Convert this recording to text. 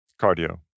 cardio